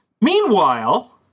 Meanwhile